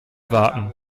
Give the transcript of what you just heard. warten